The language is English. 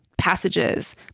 passages